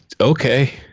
okay